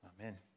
Amen